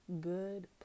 good